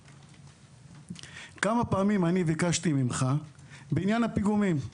כמה פעמים ביקשתי ממך בעניין הפיגומים,